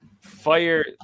fire